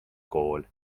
kool